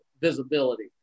visibility